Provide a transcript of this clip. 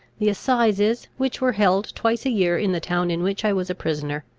the assizes, which were held twice a year in the town in which i was a prisoner,